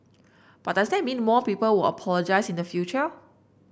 but does that mean more people will apologise in the future